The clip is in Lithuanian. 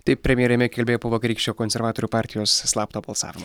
taip premjerė mei kelbėjo po vakarykščio konservatorių partijos slapto balsavimo